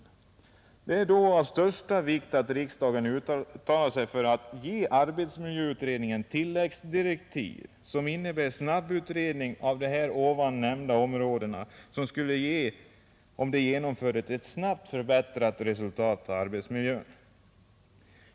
Det är då av största vikt att riksdagen uttalar sig för att ge arbetsmiljöutredningen tilläggsdirektiv som innebär snabbutredning av de här förut nämnda områdena som, om den genomföres, skulle ge ett snabbt förbättrat resultat i arbetsmiljön.